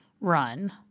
run